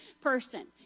person